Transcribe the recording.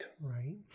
Right